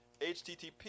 HTTP